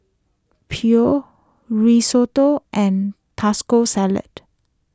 Pho Risotto and Tasco Salad